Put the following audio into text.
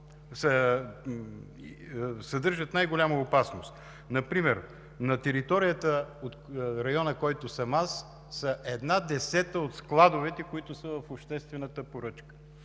съдържат най-голяма опасност. Например на територията на района, от който съм аз, са една десета от складовете, които са в обществената поръчка,